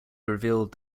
revealed